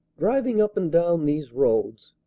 driving up and down these roads,